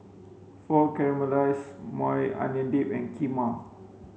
Pho Caramelized Maui Onion Dip and Kheema